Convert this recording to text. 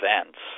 events